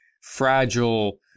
fragile